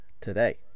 today